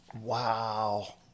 wow